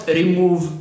remove